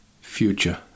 future